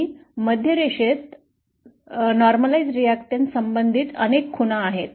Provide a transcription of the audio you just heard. आणि मध्य रेषेत सामान्यीय प्रतिकारांशी संबंधित अनेक खुणा आहेत